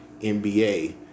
NBA